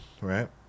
right